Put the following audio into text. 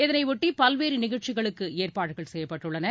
இதனையொட்டி பல்வேறு நிகழ்ச்சிகளுக்கு ஏற்பாடுகள் செய்யப்பட்டுள்ளன